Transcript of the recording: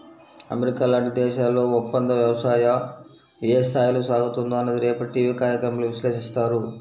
America లాంటి దేశాల్లో ఒప్పందవ్యవసాయం ఏ స్థాయిలో సాగుతుందో అన్నది రేపటి టీవీ కార్యక్రమంలో విశ్లేషిస్తారు